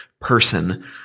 person